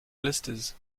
blisters